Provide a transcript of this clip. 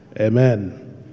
Amen